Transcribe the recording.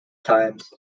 times